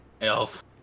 Elf